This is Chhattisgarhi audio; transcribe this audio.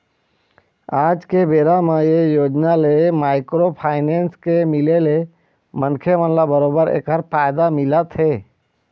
आज के बेरा म ये योजना ले माइक्रो फाइनेंस के मिले ले मनखे मन ल बरोबर ऐखर फायदा मिलत हे